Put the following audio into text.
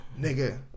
Nigga